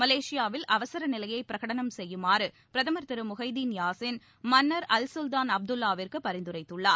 மலேசியாவில் அவசர நிலையை பிரகடனம் செய்யுமாறு பிரதமர் திரு முகைதீன் யாசின் மன்னர் அல் சுல்தான் அப்துல்லாவிற்கு பரிந்துரைத்துள்ளார்